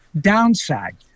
downside